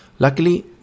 Luckily